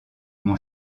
mon